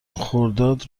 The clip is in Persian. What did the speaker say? خرداد